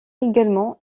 également